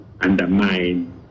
undermine